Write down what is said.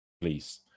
please